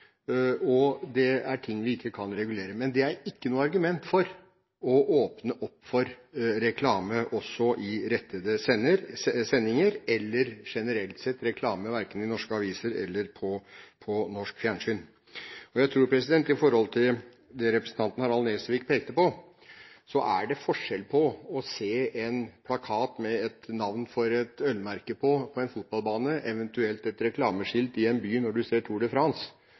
ikke noe argument for å åpne opp for reklame også i rettede sendinger eller, generelt sett, reklame i norske aviser eller på norsk fjernsyn. Til det representanten Nesvik pekte på, tror jeg det er forskjell på å se en plakat med et navn for et ølmerke på en fotballbane, eventuelt et reklameskilt i en by når du ser